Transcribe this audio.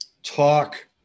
talk